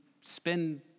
spend